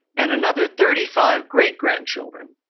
and another thirty five great-grandchildren.